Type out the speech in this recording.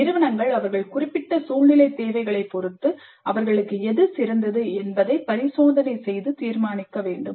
நிறுவனங்கள் அவற்றின் குறிப்பிட்ட சூழ்நிலை தேவைகளைப் பொறுத்து அவர்களுக்கு எது சிறந்தது என்பதை பரிசோதனை செய்து தீர்மானிக்க வேண்டும்